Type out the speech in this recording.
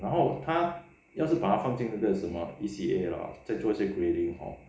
然后他要是把他放进那个什么 E_C_A hor 再做一些 grading hor